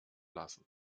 lassen